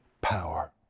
power